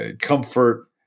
comfort